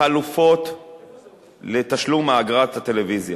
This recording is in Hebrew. לחלופות לתשלום אגרת הטלוויזיה,